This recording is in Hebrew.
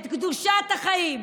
שמדגישה את קדושת החיים.